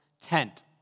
tent